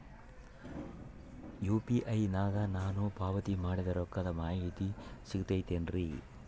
UPI ನಾಗ ನಾನು ಪಾವತಿ ಮಾಡಿದ ರೊಕ್ಕದ ಮಾಹಿತಿ ಸಿಗುತೈತೇನ್ರಿ?